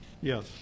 Yes